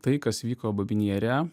tai kas vyko babyn jare